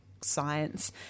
science